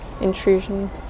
intrusion